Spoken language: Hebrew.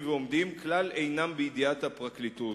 ועומדים כלל אינם בידיעת הפרקליטות.